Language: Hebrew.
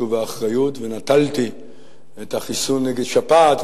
ובאחריות ונטלתי את החיסון נגד שפעת,